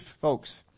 folks